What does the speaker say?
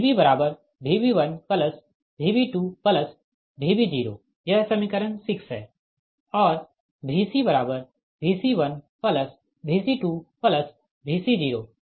VbVb1Vb2Vb0 यह समीकरण 6 है और VcVc1Vc2Vc0 यह समीकरण 7 है